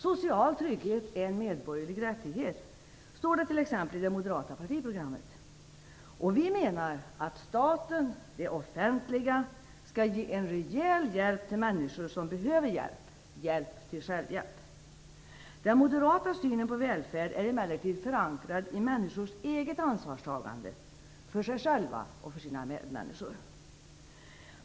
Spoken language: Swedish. Social trygghet är en medborgerlig rättighet, står det t.ex. i det moderata partiprogrammet. Vi menar att staten/det offentliga skall ge en rejäl hjälp till människor som behöver hjälp - hjälp till självhjälp. Den moderata synen på välfärd är emellertid förankrad i människors eget ansvarstagande för sig själva och sina medmänniskor.